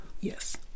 Yes